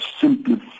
simply